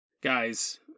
guys